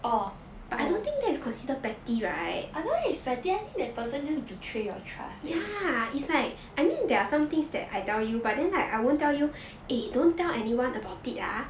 orh I don't think is petty eh I think the person just betray your trust leh